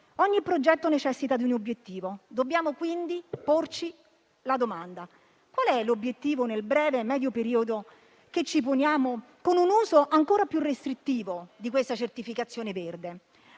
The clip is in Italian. Ogni progetto necessita di un obiettivo. Dobbiamo, quindi, porci la domanda: qual è l'obiettivo che ci poniamo, nel breve e medio periodo, con un uso ancora più restrittivo di questa certificazione verde?